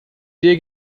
der